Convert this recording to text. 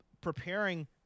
preparing